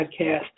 podcast